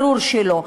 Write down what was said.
ברור שלא.